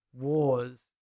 wars